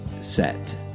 Set